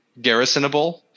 garrisonable